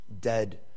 dead